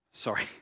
sorry